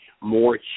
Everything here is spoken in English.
more